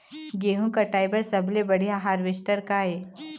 गेहूं कटाई बर सबले बढ़िया हारवेस्टर का ये?